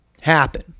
happen